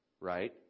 right